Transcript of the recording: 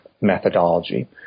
methodology